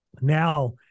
now